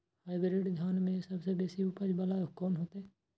Hybrid धान में सबसे बेसी उपज बाला कोन हेते?